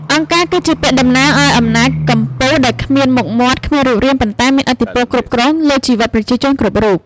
«អង្គការ» គឺជាពាក្យតំណាងឱ្យអំណាចកំពូលដែលគ្មានមុខមាត់ គ្មានរូបរាង ប៉ុន្តែមានឥទ្ធិពលគ្រប់គ្រងលើជីវិតប្រជាជនគ្រប់រូប។